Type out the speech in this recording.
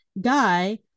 guy